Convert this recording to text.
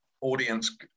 audience